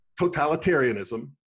totalitarianism